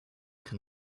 can